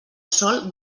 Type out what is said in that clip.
sòl